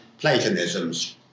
Platonisms